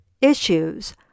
issues